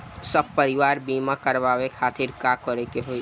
सपरिवार बीमा करवावे खातिर का करे के होई?